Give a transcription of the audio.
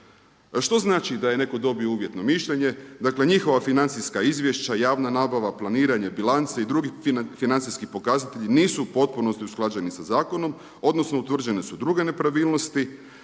Što znači da je netko dobio uvjetno mišljenje? Dakle njihova financijska izvješća, javna nabava, planiranje bilance i drugih financijski pokazatelji nisu u potpunosti usklađeni sa zakonom odnosno utvrđene su druge nepravilnosti.